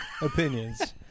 opinions